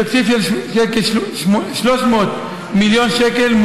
בתקציב של כ-300 מיליון שקל,